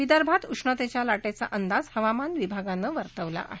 विदर्भात उष्णतेच्या ला िंगा अंदाज हवामान विभागानं वर्तवला आहे